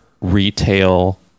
retail